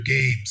games